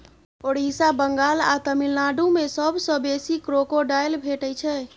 ओड़िसा, बंगाल आ तमिलनाडु मे सबसँ बेसी क्रोकोडायल भेटै छै